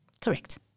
Correct